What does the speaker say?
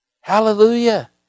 Hallelujah